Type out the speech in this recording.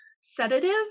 sedative